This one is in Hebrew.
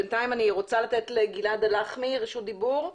בינתיים אני רוצה לתת לגלעד הלחמי רשות דיבור.